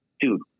dude